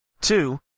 two